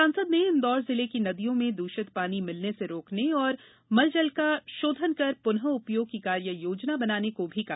सांसद ने इंदौर जिले की नदियों में दूषित पानी मिलने से रोकने और मलजल का षोधन कर पुनः उपयोग की कार्ययोजना बनाने को भी कहा